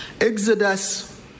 Exodus